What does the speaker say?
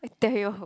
tell you